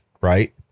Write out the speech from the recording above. right